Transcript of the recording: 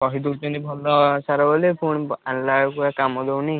କହି ଦେଉଛନ୍ତି ଭଲ ସାର ବୋଲି ପୁଣି ଆଣିଲାବେଳକୁ ଏ କାମ ଦେଉନି